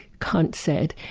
kant said,